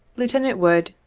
lieutenant wood,